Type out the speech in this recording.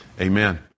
Amen